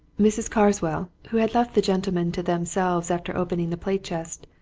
mrs. carswell, who had left the gentlemen to themselves after opening the plate-chest,